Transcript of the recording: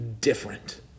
different